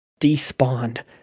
despawned